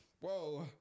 whoa